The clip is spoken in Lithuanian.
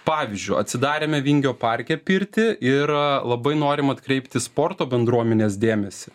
pavyzdžiui atsidarėme vingio parke pirtį ir labai norim atkreipti sporto bendruomenės dėmesį